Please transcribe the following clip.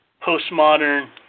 post-modern